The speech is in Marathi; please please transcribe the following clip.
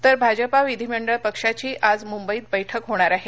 तर भाजपा विधीमंडळ पक्षाची आज मुंबईत बैठक होणार आहे